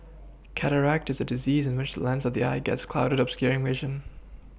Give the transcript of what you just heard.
cataract is a disease in which lens of the eye gets clouded obscuring vision